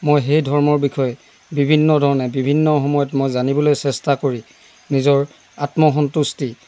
মই সেই ধৰ্মৰ বিষয়ে বিভিন্ন ধৰণে বিভিন্ন সময়ত মই জানিবলৈ চেষ্টা কৰি নিজৰ আত্ম সন্তুষ্টি